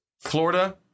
Florida